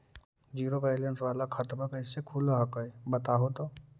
Zero balance वाला खतवा कैसे खुलो हकाई बताहो तो?